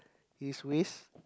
his waist